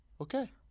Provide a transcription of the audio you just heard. Okay